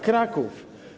Kraków.